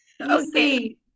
okay